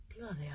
Bloody